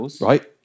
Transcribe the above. right